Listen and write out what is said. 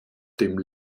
dem